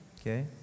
Okay